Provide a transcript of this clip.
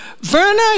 Verna